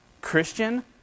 christian